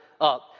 up